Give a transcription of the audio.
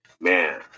man